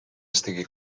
estigui